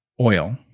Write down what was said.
oil